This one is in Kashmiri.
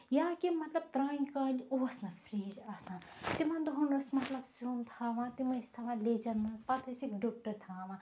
یا کہِ مطلب پرانہِ کالہِ اوس نہٕ فرج آسان تِمن دۄہن اوس مطلب سیُن تھاوان تِم ٲسۍ تھاوان لیجن منٛز پَتہٕ ٲسِکھ ڈُپٹہٕ تھاوان